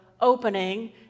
opening